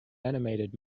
animated